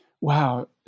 Wow